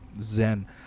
zen